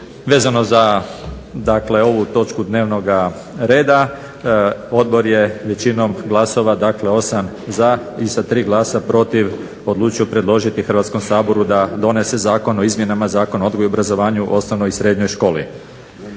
Vezano za dakle ovu točku dnevnoga reda odbor je većinom glasova, dakle 8 za i sa 3 glasa protiv, odlučio predložiti Hrvatski saboru da donese Zakon o izmjenama Zakona o odgoju i obrazovanju u osnovnoj i srednjoj školi.